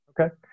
Okay